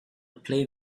play